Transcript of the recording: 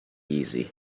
easy